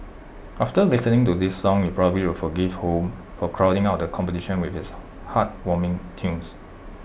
after listening to this song you probably will forgive home for crowding out the competition with its heartwarming tunes